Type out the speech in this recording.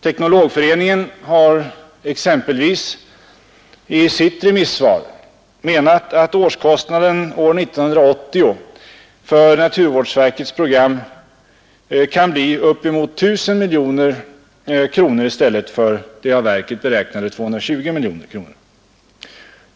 Teknologföreningen har exempelvis i sitt remissvar menat att årskostnaden år 1980 för naturvårdsverkets program kan bli upp emot 1 000 miljoner kronor i stället för av verket beräknade 220 miljoner kronor.